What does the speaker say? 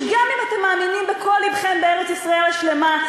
ושגם אם אתם מאמינים בכל לבכם בארץ-ישראל השלמה,